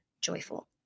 joyful